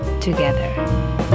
together